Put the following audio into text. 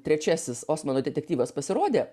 trečiasis osmano detektyvas pasirodė